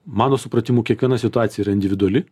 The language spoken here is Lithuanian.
mano supratimu kiekviena situacija yra individuali